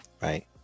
right